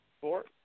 four